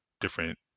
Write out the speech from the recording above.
different